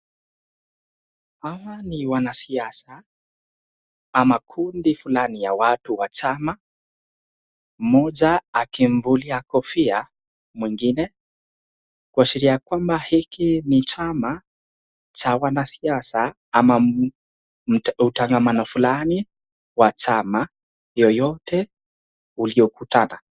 Hawa ni wanasiasa ama kundi fulani ya watu wa chama, mmoja akimvulia kofia mwingine kuashiria kwamba hiki ni chama cha wanasiasa ama utangamano fulani wa chama yoyote uliyokutana.